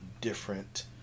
different